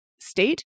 state